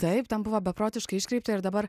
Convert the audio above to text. taip ten buvo beprotiškai iškreipta ir dabar